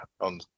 on